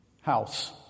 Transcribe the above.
house